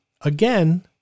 Again